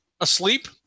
asleep